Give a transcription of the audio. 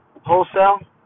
Wholesale